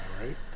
right